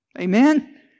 Amen